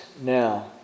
now